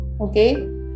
okay